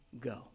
go